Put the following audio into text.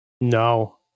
No